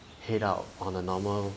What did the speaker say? head out on a normal